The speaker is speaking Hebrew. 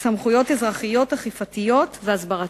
סמכויות אזרחיות אכיפתיות והסברתיות.